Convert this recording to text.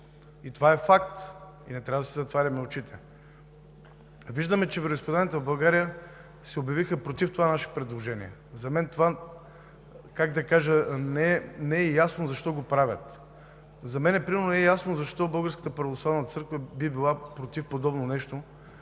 Това е факт и не трябва да си затваряме очите. Виждаме, че вероизповеданията в България се обявиха против това наше предложение. За мен не е ясно защо правят това?! За мен примерно не е ясно защо Българската православна църква би била против подобно нещо,